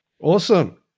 awesome